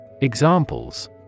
Examples